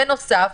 בנוסף,